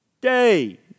day